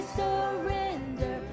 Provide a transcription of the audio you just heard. surrender